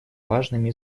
важными